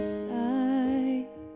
side